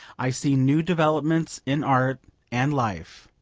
i see new developments in art and life,